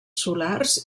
solars